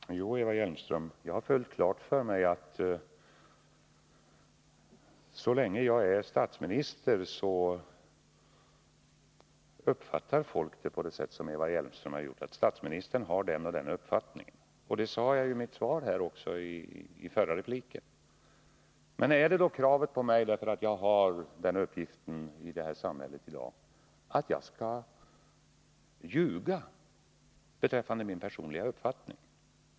Herr talman! Jo, Eva Hjelmström, jag har fullt klart för mig att så länge jag är statsminister så uppfattar folk det på det sätt som Eva Hjelmström gjort — att statsministern har den och den uppfattningen. Det sade jag också i mitt förra inlägg. Men är då kravet på mig att jag, därför att jag har denna uppgift i vårt samhälle, skall ljuga beträffande min personliga uppfattning?